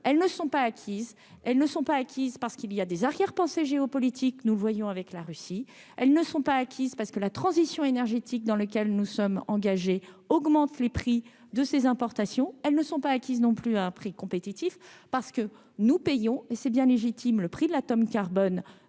elles ne sont pas acquises, parce qu'il y a des arrière-pensées géopolitiques nous voyons avec la Russie, elles ne sont pas acquises, parce que la transition énergétique, dans lequel nous sommes engagés augmentent les prix de ses importations, elles ne sont pas acquises non plus à un prix compétitif, parce que nous payons et c'est bien légitime, le prix de la tonne carbone